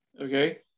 okay